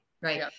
right